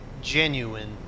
genuine